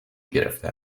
گرفته